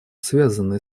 связанные